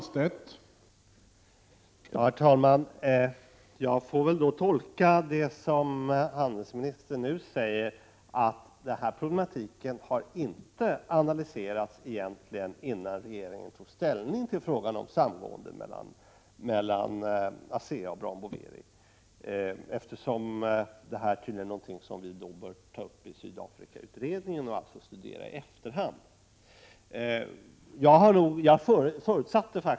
Herr talman! Jag får tolka det som utrikeshandelsministern nu säger så att denna problematik egentligen inte har analyserats innan regeringen tog ställning till frågan om samgående mellan ASEA och Brown Boveri, eftersom Sydafrikakommittén studerar det i efterhand.